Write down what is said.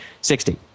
sixty